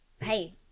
hey